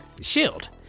Shield